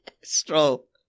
Stroll